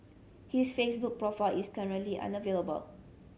his Facebook profile is currently unavailable